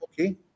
Okay